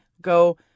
go